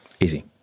Easy